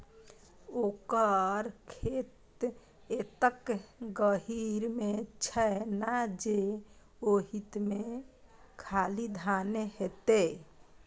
ओकर खेत एतेक गहीर मे छै ना जे ओहिमे खाली धाने हेतै